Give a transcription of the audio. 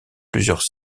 plusieurs